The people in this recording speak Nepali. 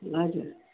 हजुर